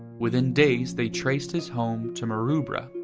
within days they traced his home to maroubra,